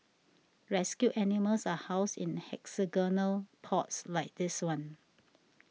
rescued animals are housed in hexagonal pods like this one